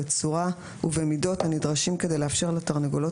בצורה ובמידות הנדרשים כדי לאפשר לתרנגולות